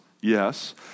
yes